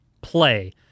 play –